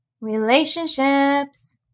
Relationships